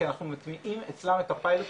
כי אנחנו מטמיעים אצלם את הפיילוטים,